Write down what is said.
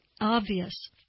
obvious